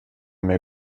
mehr